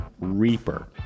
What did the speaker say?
Reaper